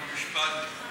חוק ומשפט,